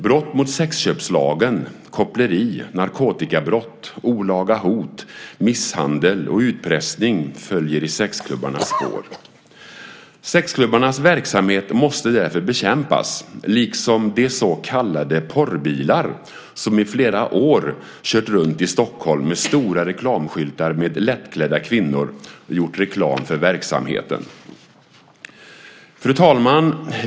Brott mot sexköpslagen, koppleri, narkotikabrott, olaga hot, misshandel och utpressning följer i sexklubbarnas spår. Sexklubbarnas verksamhet måste därför bekämpas, liksom de så kallade porrbilar som i flera år kört runt i Stockholm med stora reklamskyltar med lättklädda kvinnor och gjort reklam för verksamheten. Fru talman!